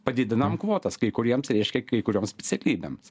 padidinam kvotas kai kuriems reiškia kai kurioms specialybėms